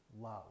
love